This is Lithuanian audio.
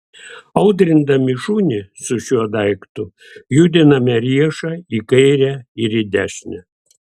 audrindami šunį su šiuo daiktu judiname riešą į kairę ir į dešinę